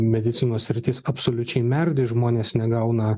medicinos sritis absoliučiai merdi žmonės negauna